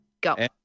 Go